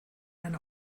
eine